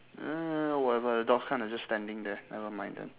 uh whatever the dog's kind of just standing there never mind then